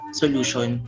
solution